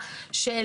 נדמה לי שניסו